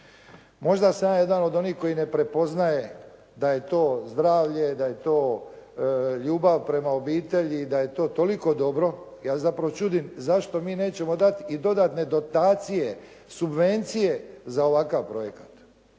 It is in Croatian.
Možda sam ja jedan od onih koji ne prepoznaje da je to zdravlje, da je to ljubav prema obitelji, da je to toliko dobro, ja se zapravo čudim zašto mi nećemo dati i dodatne dotacije, subvencije za ovakav projekat.